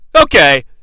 Okay